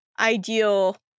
Ideal